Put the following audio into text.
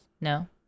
No